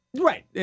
Right